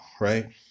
right